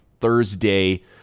Thursday